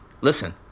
listen